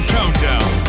Countdown